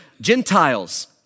Gentiles